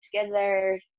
together